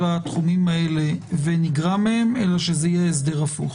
התחומים האלה ונגרע מהם אלא שזה יהיה הסדר הפוך.